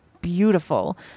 beautiful